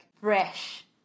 fresh